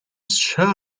sure